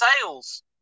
sales